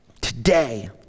Today